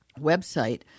website